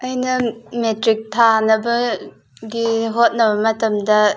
ꯑꯩꯅ ꯃꯦꯇ꯭ꯔꯤꯛ ꯊꯥꯅꯕꯒꯤ ꯍꯣꯠꯅꯕ ꯃꯇꯝꯗ